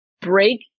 break